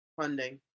funding